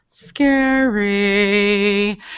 scary